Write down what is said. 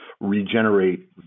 regenerate